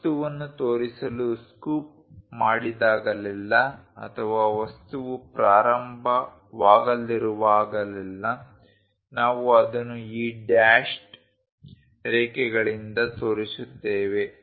ವಸ್ತುವನ್ನು ತೋರಿಸಲು ಸ್ಕೂಪ್ ಮಾಡಿದಾಗಲೆಲ್ಲಾ ಅಥವಾ ವಸ್ತುವು ಪ್ರಾರಂಭವಾಗಲಿರುವಾಗಲೆಲ್ಲಾ ನಾವು ಅದನ್ನು ಈ ಡ್ಯಾಶ್ಡ್ ರೇಖೆಗಳಿಂದ ತೋರಿಸುತ್ತೇವೆ